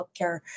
healthcare